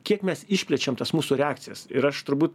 kiek mes išplečiam tas mūsų reakcijas ir aš turbūt